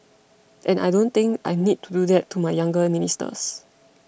and I don't think I need to do that to my younger ministers